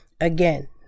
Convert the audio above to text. Again